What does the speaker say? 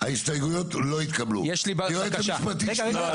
יש לי בקשה.